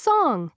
Song